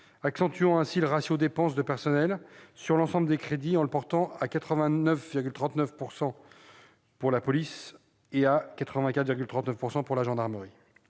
accentuant ainsi le ratio dépenses de personnel sur l'ensemble des crédits, en le portant à 89,39 % pour la police nationale et à 84,39 % pour la gendarmerie